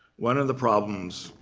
one of the problems,